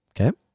Okay